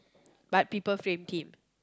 but people framed him